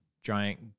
giant